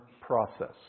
process